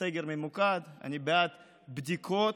סגר ממוקד, אני בעד, ובדיקות,